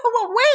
wait